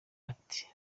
ati